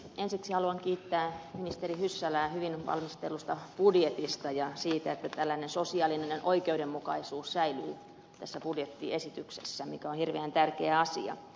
ensiksi haluan kiittää ministeri hyssälää hyvin valmistellusta budjetista ja siitä että tällainen sosiaalinen oikeudenmukaisuus säilyy tässä budjettiesityksessä mikä on hirveän tärkeä asia